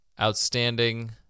outstanding